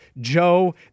Joe